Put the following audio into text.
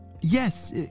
Yes